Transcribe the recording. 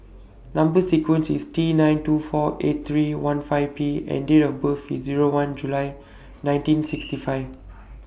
Number sequence IS T nine two four eight three one five P and Date of birth IS Zero one July nineteen sixty five